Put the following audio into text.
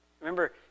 Remember